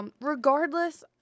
Regardless